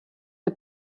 the